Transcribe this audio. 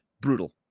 brutal